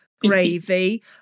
gravy